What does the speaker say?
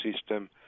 system